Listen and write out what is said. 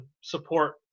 support